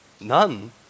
None